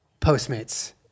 Postmates